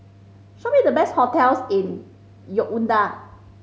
show me the best hotels in Yaounde